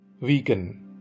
Vegan